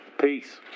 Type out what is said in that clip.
Peace